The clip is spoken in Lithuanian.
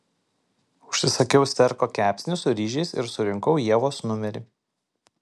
užsisakiau sterko kepsnį su ryžiais ir surinkau ievos numerį